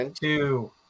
two